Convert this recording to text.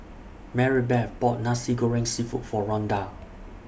Maribeth bought Nasi Goreng Seafood For Rhonda